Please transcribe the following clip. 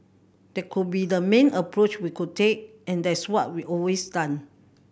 that could be the main approach we could take and that's what we've always done